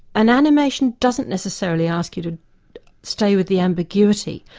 and animation doesn't necessarily ask you to stay with the ambiguity,